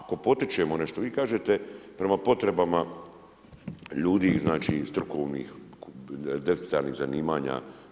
A ako potičemo nešto, vi kažete prema potrebama ljudi, znači strukovnih, deficitarnih zanimanja.